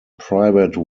private